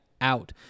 out